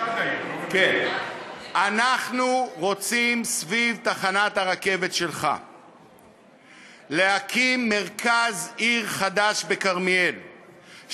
אנחנו רוצים סביב תחנת הרכבת שלך להקים מרכז עיר חדש בכרמיאל,